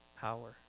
power